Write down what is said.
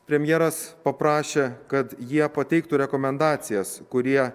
premjeras paprašė kad jie pateiktų rekomendacijas kurie